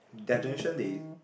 their generation they